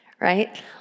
right